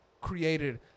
created